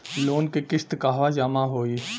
Loan के किस्त कहवा जामा होयी?